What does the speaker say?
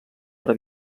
per